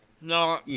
No